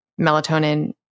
Melatonin